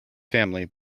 family